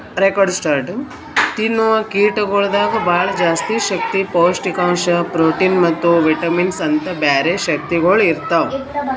ತಿನ್ನವು ಕೀಟಗೊಳ್ದಾಗ್ ಭಾಳ ಜಾಸ್ತಿ ಶಕ್ತಿ, ಪೌಷ್ಠಿಕಾಂಶ, ಪ್ರೋಟಿನ್ ಮತ್ತ ವಿಟಮಿನ್ಸ್ ಅಂತ್ ಬ್ಯಾರೆ ಶಕ್ತಿಗೊಳ್ ಇರ್ತಾವ್